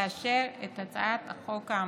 לאשר את הצעת החוק האמורה.